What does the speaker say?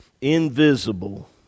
invisible